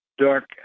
dark